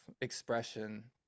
expression